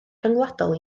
rhyngwladol